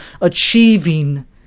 achieving